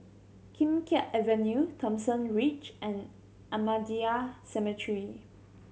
Kim Keat Avenue Thomson Ridge and Ahmadiyya Cemetery